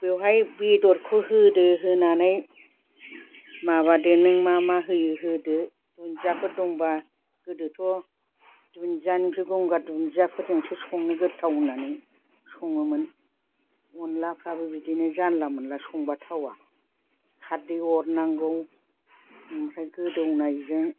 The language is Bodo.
बेवहाय बेदरखौ होदो होनानै माबादो नों मा मा होयो होदो दुन्दियाफोर दंब्ला गोदोथ' दुन्दियानिफ्राय गंगार दुन्दियाफोरजोंसो संनो गोथाव होननानै सङोमोन अनद्लाफ्राबो बिदिनो जानला मोनला संब्ला थावा खारदै अरनांगौ ओमफ्राय गोदौनायजों